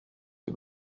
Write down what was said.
que